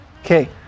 Okay